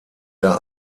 der